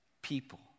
people